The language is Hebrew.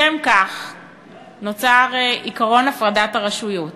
לשם כך נוצר עקרון הפרדת הרשויות,